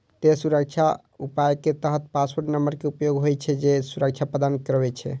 तें सुरक्षा उपाय के तहत पासवर्ड नंबर के उपयोग होइ छै, जे सुरक्षा प्रदान करै छै